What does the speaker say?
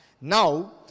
Now